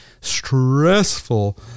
stressful